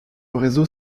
réseau